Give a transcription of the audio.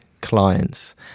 clients